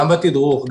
גם בתדרוך,